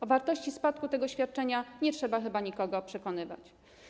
O wartości spadku tego świadczenia nie trzeba chyba nikogo przekonywać.